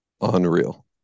Unreal